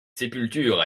sépultures